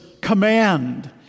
command